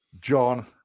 John